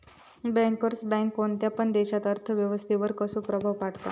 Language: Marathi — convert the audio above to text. बँकर्स बँक कोणत्या पण देशाच्या अर्थ व्यवस्थेवर कसो प्रभाव पाडता?